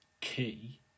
key